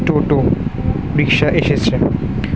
টোটো রিকশা এসেছে